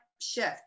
shift